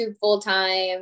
full-time